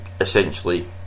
essentially